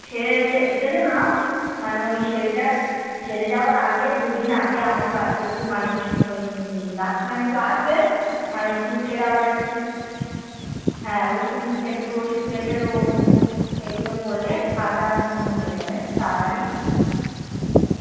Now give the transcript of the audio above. সেরে গে গেলে না মানে ওই সেরে যাওয়ার সেরে যাওয়ার আগে দু দিন আগে আমাদের বাড়িতে একটু মানে ওই ডাক্তারখানায় একটু আসবে মানে একটু ফের আবার একটু হ্যাঁ ওষুধ ফের একটু ওষুধ পাল্টে দেবো এগুলো করলে কাটা শুকনো হয়ে যাবে তাড়াতাড়ি